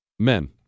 Men